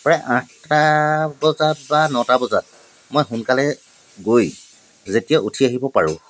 প্ৰায় আঠটা বজাত বা নটা বজাত মই সোনকালে গৈ যেতিয়া উঠি আহিব পাৰোঁ